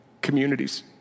communities